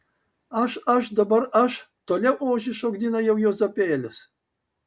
aš aš dabar aš toliau ožį šokdina jau juozapėlis